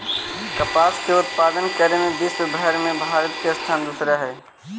कपास के उत्पादन करे में विश्वव भर में भारत के स्थान दूसरा हइ